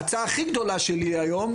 ההצעה הכי גדולה שלי היום,